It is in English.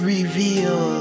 Reveal